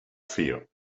fear